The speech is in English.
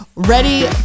ready